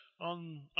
on